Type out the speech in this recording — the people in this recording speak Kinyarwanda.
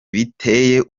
biteye